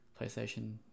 PlayStation